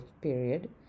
period